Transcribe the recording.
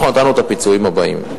אנחנו נתנו את הפיצויים הבאים: